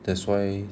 that's why